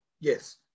yes